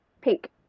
Pink